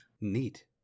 neat